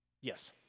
Yes